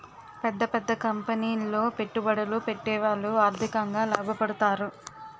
పెద్ద పెద్ద కంపెనీలో పెట్టుబడులు పెట్టేవాళ్లు ఆర్థికంగా లాభపడతారు